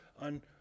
on